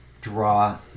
draw